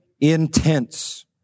intense